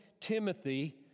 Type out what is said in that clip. Timothy